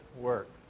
work